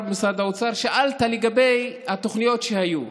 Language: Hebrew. במשרד האוצר, שאלת לגבי התוכניות שהיו.